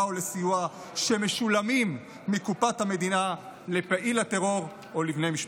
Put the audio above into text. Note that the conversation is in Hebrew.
או לסיוע שמשולמים מקופת המדינה לפעיל הטרור או לבן משפחתו.